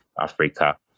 Africa